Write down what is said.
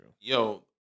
Yo